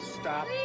stop